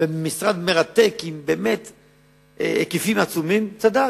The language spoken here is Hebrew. משרד מרתק עם היקפים עצומים, צדק.